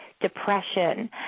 depression